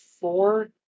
four